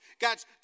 God's